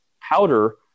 powder